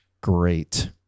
Great